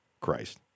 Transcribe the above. Christ